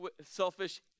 selfish